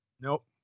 Nope